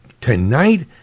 tonight